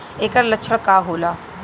ऐकर लक्षण का होला?